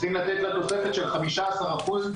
צריכים לתת לה תוספת של חמישה עשר אחוז,